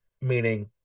meaning